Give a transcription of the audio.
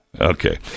Okay